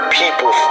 people